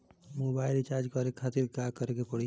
Mobile recharge करे खातिर का करे के पड़ी?